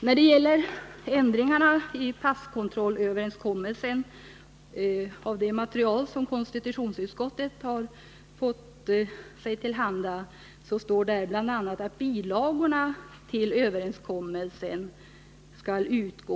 När det gäller ändringar i passkontrollöverenskommelsen står det i det material som konstitutionsutskottet har fått sig till handa att bilagorna 1—3 till överenskommelsen skall utgå.